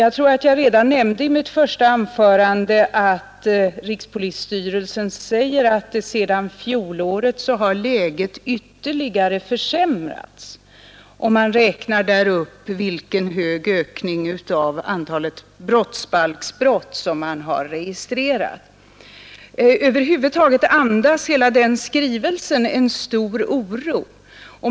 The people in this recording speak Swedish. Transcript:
Jag tror att jag redan i mitt första anförande nämnde att rikspolisstyrelsen uttalar att läget ytterligare försämrats sedan fjolåret. Man räknar i petitaskrivelsen upp vilken stor ökning av antalet brottsbalksbrott som man har registrerat. Över huvud taget andas hela denna skrivelse en stor oro.